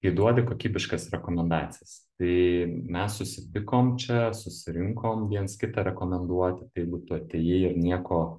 kai duodi kokybiškas rekomendacijas tai mes susitikom čia susirinkom viens kitą rekomenduoti tai jeigu tu atėjai ir nieko